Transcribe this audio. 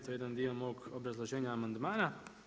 To je jedan dio mog obrazloženja amandmana.